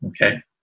okay